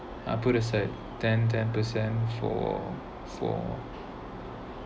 I put aside ten ten percent for for